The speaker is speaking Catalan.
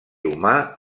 humà